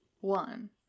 one